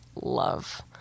love